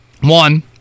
One